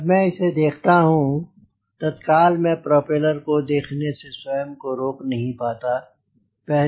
जब मैं इसे देखता हूँ तत्काल मैं प्रोपेलर को देखने से स्वयं को रोक नहीं पाता हूँ